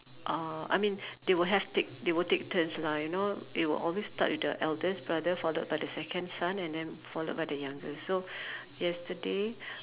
uh I mean they will have take they will take turns lah you know they will always start with the eldest brother followed by the second son and then followed by the youngest so yesterday